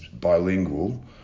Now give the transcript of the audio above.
bilingual